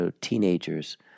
teenagers